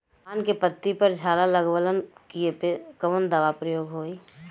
धान के पत्ती पर झाला लगववलन कियेपे कवन दवा प्रयोग होई?